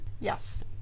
Yes